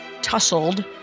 tussled